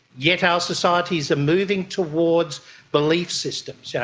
yet our societies are moving towards belief systems, yeah